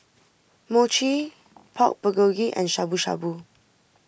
Mochi Pork Bulgogi and Shabu Shabu